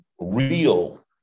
real